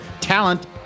talent